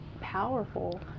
powerful